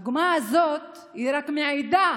הדוגמה הזאת רק מעידה